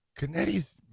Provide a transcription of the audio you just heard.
Canetti's